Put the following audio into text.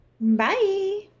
Bye